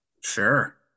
Sure